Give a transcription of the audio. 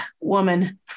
woman